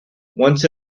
once